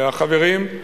והחברים,